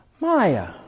Maya